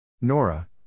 Nora